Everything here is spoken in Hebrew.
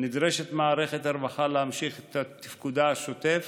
נדרשת מערכת הרווחה להמשיך את תפקודה השוטף